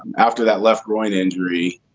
after that left groin injury.